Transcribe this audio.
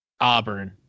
Auburn